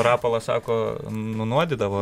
rapolas sako nunuodydavo